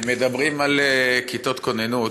מדברים על כיתות כוננות.